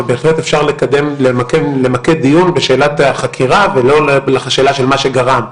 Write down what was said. ובהחלט אפשר למקד דיון בשאלת החקירה ולא בשאלה של מה שגרם,